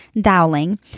Dowling